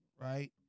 right